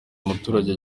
umuturage